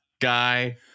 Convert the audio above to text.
guy